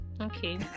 okay